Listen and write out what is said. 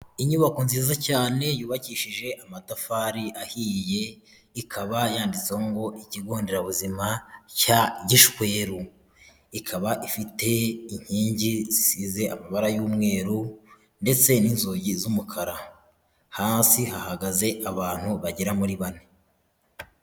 Inyubako nziza cyane yubakishije amatafari ahiye, ikaba yanditseho ngo ikigo nderabuzima cya Gishweru, ikaba ifite inkingi zisize amabara y'umweru ndetse n'inzugi z'umukara, hasi hahagaze abantu bagera muri bane.